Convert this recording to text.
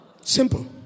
Simple